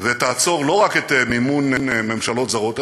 ותעצור לא רק את מימון ממשלות זרות,